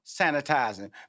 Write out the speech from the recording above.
sanitizing